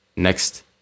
Next